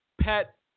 pet